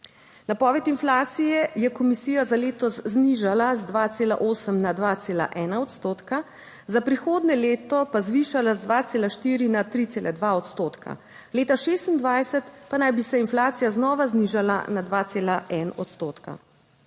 Napoved inflacije je komisija za letos znižala z 2,8 na 2,1 odstotka, za prihodnje leto pa zvišala z 2,4 na 3,2 odstotka. Leta 2026 pa naj bi se inflacija znova znižala na 2,1 odstotka.